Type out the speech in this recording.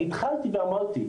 אני התחלתי ואמרתי,